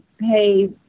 hey